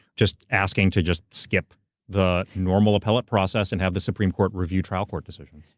just asking to just skip the normal appellate process and have the supreme court review trial court decisions.